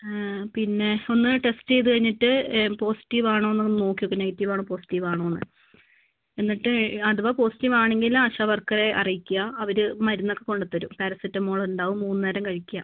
പിന്നെ ഒന്ന് ടെസ്റ്റ് ചെയ്ത് കഴിഞ്ഞിട്ട് പോസറ്റീവ് ആണൊ എന്നൊന്ന് നോക്കി നോക്ക് നെഗറ്റീവ് ആണോ പോസിറ്റീവ് ആണോ എന്ന് എന്നിട്ട് അഥവാ പോസിറ്റീവ് ആണെങ്കിൽ ആശ വർക്കറെ അറിയിക്കുക അവർ മരുന്നൊക്കെ കൊണ്ടുത്തരും പാരസെറ്റാമോൾ ഉണ്ടാവും മൂന്ന് നേരം കഴിക്കുക